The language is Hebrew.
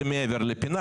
זה מעבר לפינה.